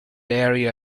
area